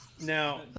Now